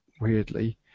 weirdly